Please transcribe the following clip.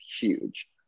huge